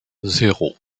zéro